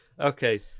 Okay